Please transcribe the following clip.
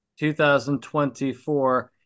2024